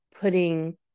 putting